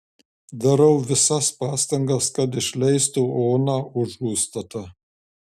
darau visas pastangas kad išleistų oną už užstatą